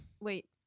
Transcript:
Wait